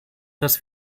dass